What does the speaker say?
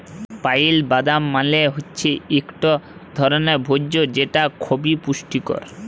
pile বাদাম মালে হৈচ্যে ইকট ধরলের ভোজ্য যেটা খবি পুষ্টিকর